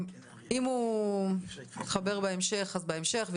אנחנו פועלים בדיוק כמו שהוא פועל,